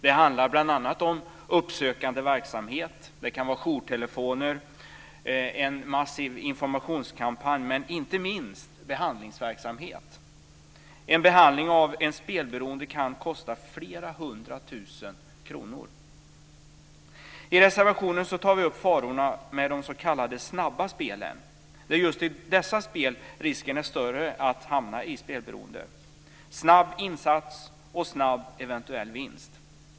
Det handlar bl.a. om uppsökande verksamhet, jourtelefoner och en massiv informationskampanj men inte minst också behandlingsverksamhet. En behandling av en spelberoende kan kosta flera hundra tusen kronor. I reservationen tar vi upp farorna med de s.k. snabba spelen. Det är just i dessa spel som risken är större att hamna i spelberoende - snabb insats och snabb eventuell vinst.